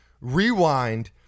Rewind